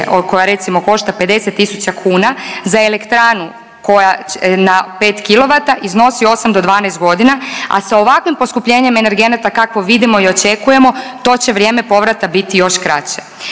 koja, recimo, košta 50 tisuća kuna za elektranu koja na 5 kW iznosi 8 do 12 godina, a sa ovakvim poskupljenjem energenata kakvo vidimo i očekujemo, to će vrijeme povrata biti još kraće.